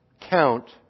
count